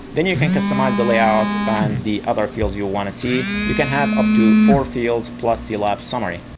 then you can customize the layout and the other fields you wanna see. you can have up to four fields plus the lap summary.